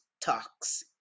talks